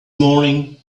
morning